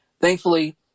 Thankfully